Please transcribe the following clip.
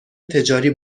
تجاری